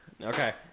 Okay